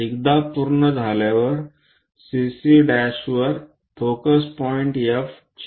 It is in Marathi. एकदा पूर्ण झाल्यावर CC' वर फोकस पॉईंट F चिन्हांकित करा